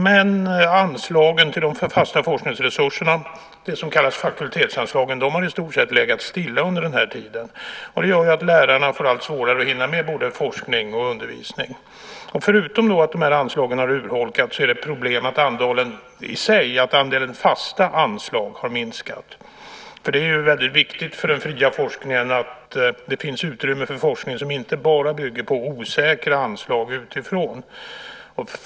Men anslagen till de fasta forskningsresurserna - det som kallas faktultetsanslagen - har i stort sett legat stilla under den här tiden. Det gör att lärarna får allt svårare att hinna med både forskning och undervisning. Förutom att dessa anslag har urholkats är det ett problem att andelen fasta anslag har minskat. Det är ju väldigt viktigt för den fria forskningen att det finns utrymme för forskning som inte bara bygger på osäkra anslag utifrån.